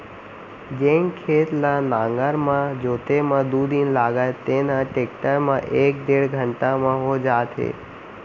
जेन खेत ल नांगर म जोते म दू दिन लागय तेन ह टेक्टर म एक डेढ़ घंटा म हो जात हे